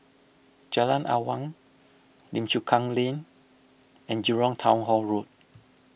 Jalan Awang Lim Chu Kang Lane and Jurong Town Hall Road